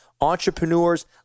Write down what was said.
entrepreneurs